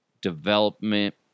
development